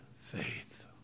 faith